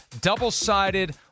Double-sided